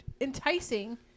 enticing